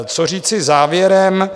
Co říci závěrem?